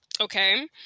Okay